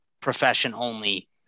profession-only